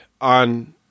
on